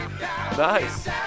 Nice